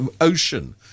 ocean